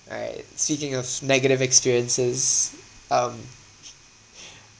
right speaking of negative experiences um